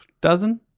Dozen